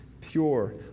pure